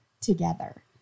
together